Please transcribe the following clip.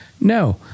No